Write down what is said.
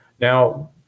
Now